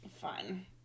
fun